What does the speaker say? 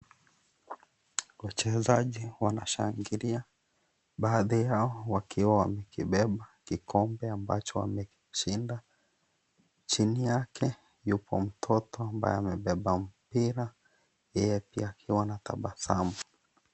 Wachezaji wanashangilia baadhi yao wakiwa wamekibeba kikombe ambacho wamekishinda, chini yake yupo mtoto ambaye amebeba mpira yeye pia akiwa anatabasamu.